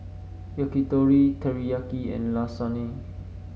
Yakitori Teriyaki and Lasagne